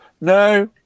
No